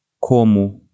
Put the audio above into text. Como